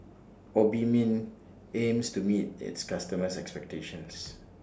Obimin aims to meet its customers' expectations